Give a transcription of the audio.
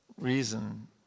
reason